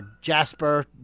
Jasper